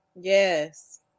Yes